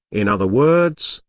in other words,